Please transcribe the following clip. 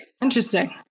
Interesting